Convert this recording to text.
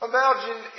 Imagine